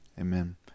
amen